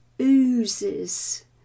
oozes